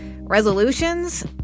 resolutions